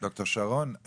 ד"ר שרון,